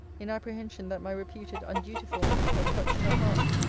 in apprehension that my reputed undutifulness had touched her heart.